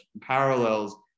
parallels